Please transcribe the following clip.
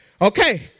Okay